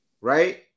Right